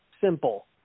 Simple